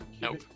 Nope